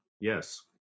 yes